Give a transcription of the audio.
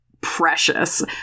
precious